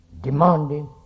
demanding